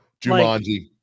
Jumanji